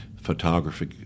photography